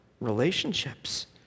Relationships